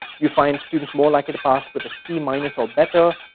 you find students more likely to pass with a c minus or better,